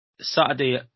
Saturday